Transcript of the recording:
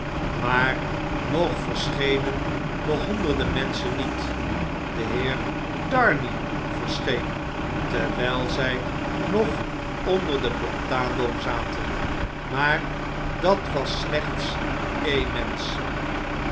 maar nog verschenen de honderden menschen niet de heer darnay verscheen terwyi zjj nog onder den plataanboom zaten maar dat was slechts een mensch